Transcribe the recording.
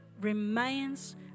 remains